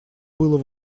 было